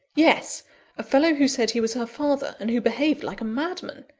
yes a fellow who said he was her father, and who behaved like a madman.